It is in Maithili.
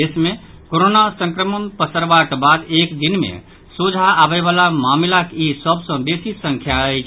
देश मे कोरोना संक्रमण पसरबाक बाद एक दिन मे सोझा आबयवला मामिलाक ई सभ सँ बेसी संख्या अछि